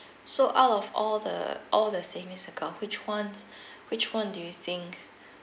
so out of all the all the savings account which ones which one do you think